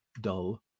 dull